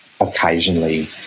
occasionally